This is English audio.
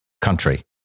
country